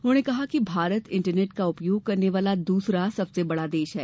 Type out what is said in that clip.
उन्होंने कहा कि भारत इंटरनेट का उपयोग करने वाला दूसरा सबसे बड़ा देश है